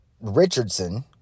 Richardson